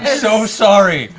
ah so sorry!